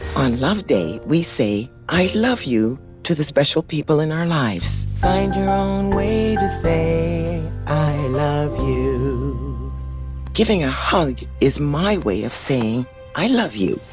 on love day, we say i love you to the special people in our lives. find your own way to say i love you giving a hug is my way of saying i love you.